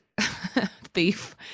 thief